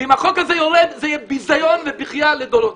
ואם החוק יורד זה יהיה ביזיון ובכייה לדורות.